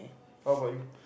how about you